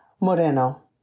Moreno